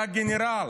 היה גנרל.